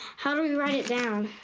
how do we write it down?